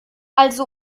also